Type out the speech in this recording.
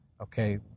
Okay